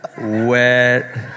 wet